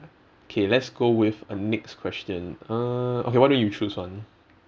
okay let's go with a next question uh okay why don't you choose one